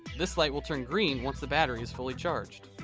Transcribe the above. this light will turn green once the battery is fully charged.